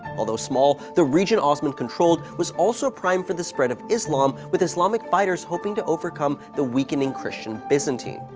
although small, the region osman controlled was also prime for the spread of islam with islamic fighters hoping to overcome the weakening christian byzantine.